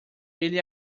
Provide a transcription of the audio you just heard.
ele